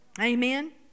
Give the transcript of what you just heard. Amen